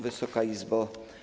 Wysoka Izbo!